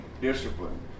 discipline